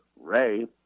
Ray